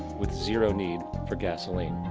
with zero need for gasoline.